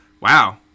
wow